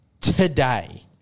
today